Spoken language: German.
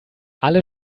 alle